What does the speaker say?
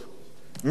מי שלא רוצה,